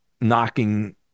knocking